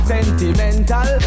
Sentimental